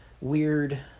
weird